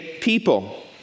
people